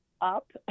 up